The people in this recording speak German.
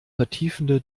vertiefende